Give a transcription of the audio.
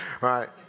right